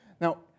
Now